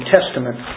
Testament